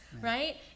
right